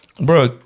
Bro